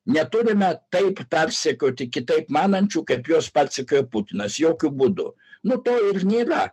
neturime taip persekioti kitaip manančių kaip juos persekiojo putinas jokiu būdu nu to ir nėra